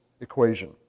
equation